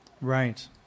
Right